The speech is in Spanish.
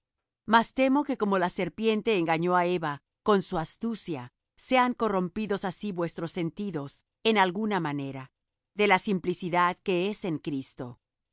mas temo que como la serpiente engaño á eva con su astucia sean corrompidos así vuestros sentidos en alguna manera de la simplicidad que es en cristo